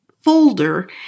folder